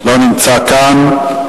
לא נמצא כאן,